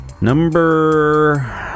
Number